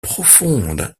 profondes